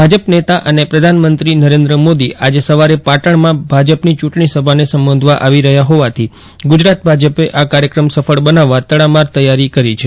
ભાજપ નેતા અને પ્રધાનમંત્રી નરેન્દ્ર મોદી આજે સવારે પાટણમાં ભાજપની ચૂંટણી સભાને સંબોધવા આવી રહ્યા હોવાથી ગૃજરાત ભાજપે આ કાર્યક્રમ સફળ બનાવવા તડામાર તૈયારી કરી છે